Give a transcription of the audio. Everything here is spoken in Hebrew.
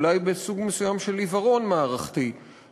אולי בסוג מסוים של עיוורון מערכתי,